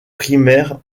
primaire